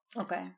Okay